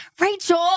Rachel